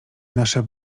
nasze